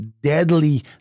deadly